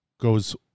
goes